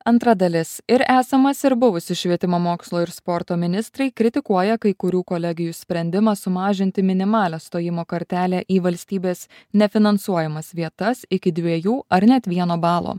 antra dalis ir esamas ir buvusi švietimo mokslo ir sporto ministrai kritikuoja kai kurių kolegijų sprendimą sumažinti minimalią stojimo kartelę į valstybės nefinansuojamas vietas iki dviejų ar net vieno balo